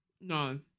no